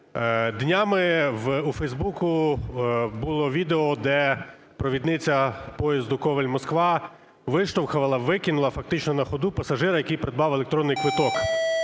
Днями у Фейсбуці було відео, де провідниця поїзду Коваль-Москва виштовхала, викинула фактично на ходу пасажира, який придбав електронний квиток,